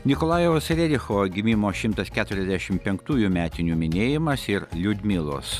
nikolajaus rericho gimimo šimtas keturiasdešimt penktųjų metinių minėjimas ir liudmilos